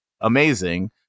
amazing